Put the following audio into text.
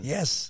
Yes